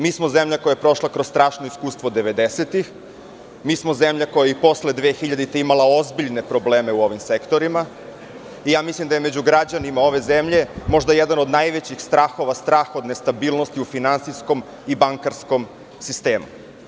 Mi smo zemlja koja je prošla kroz strašna iskustva devedesetih, mi smo zemlja koja je i posle 2000. godine imala ozbiljne probleme u ovim sektorima i mislim da je među građanima ove zemlje možda jedan od najvećih strahova, strah od nestabilnosti u finansijskom i bankarskom sistemu.